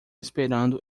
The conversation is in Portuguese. esperando